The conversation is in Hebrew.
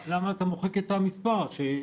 למה אתה לא מראה את מספרי הטלפון?